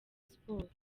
sports